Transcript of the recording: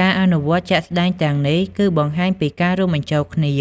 ការអនុវត្តជាក់ស្តែងទាំងនេះគឺបង្ហាញពីការរួមបញ្ចូលគ្នា